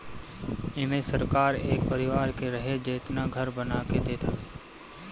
एमे सरकार एक परिवार के रहे जेतना घर बना के देत हवे